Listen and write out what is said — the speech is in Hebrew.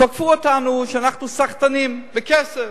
תקפו אותנו שאנחנו סחטנים, בכסף,